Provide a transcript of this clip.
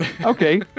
Okay